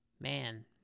man